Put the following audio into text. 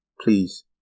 Please